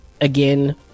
again